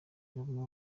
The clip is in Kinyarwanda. bamwe